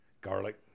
Garlic